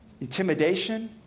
intimidation